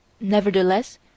Nevertheless